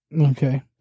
Okay